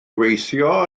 gweithio